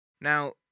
Now